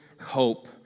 hope